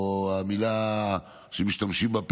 או המילה שמשתמשים בה,